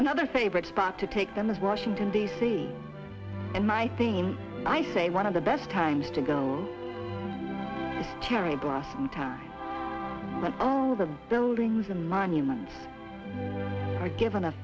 another favorite spot to take them is washington d c and my theme i say one of the best times to go cherry blossom time with all the buildings and monuments were given a